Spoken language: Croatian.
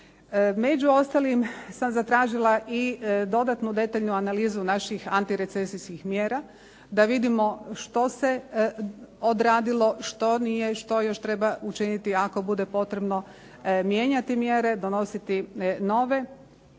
Među ostalim sam zatražila i dodatnu detaljnu analizu naših antirecesijskih mjera da vidimo što se odradilo, što nije, što još treba učiniti ako bude potrebno mijenjati mjere, donositi nove.